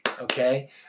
Okay